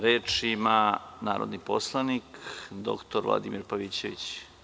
Reč ima narodni poslanik dr Vladimir Pavićević.